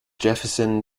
jefferson